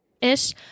ish